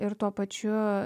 ir tuo pačiu